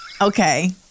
Okay